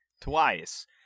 twice